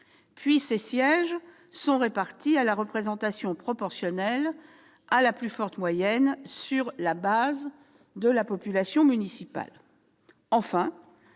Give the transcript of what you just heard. Puis, ces sièges sont répartis à la représentation proportionnelle à la plus forte moyenne sur la base de la population municipale. Enfin,